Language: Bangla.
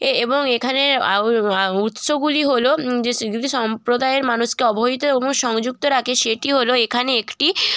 এ এবং এখানে উৎসগুলি হলো যে সেগুলি সম্প্রদায়ের মানুষকে অবহিত এবং সংযুক্ত রাখে সেটি হল এখানে একটি